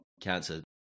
cancer